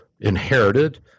inherited